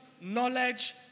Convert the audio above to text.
knowledge